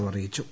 O അറിയിച്ചു